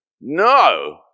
No